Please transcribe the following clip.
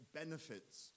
benefits